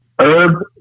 Herb